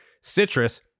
citrus